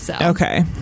Okay